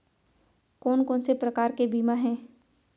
कोन कोन से प्रकार के बीमा हे?